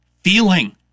feeling